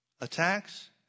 Attacks